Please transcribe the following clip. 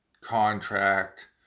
contract